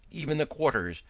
even the quarters,